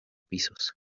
pisos